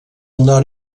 nord